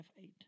F8